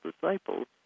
disciples